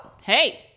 Hey